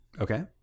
Okay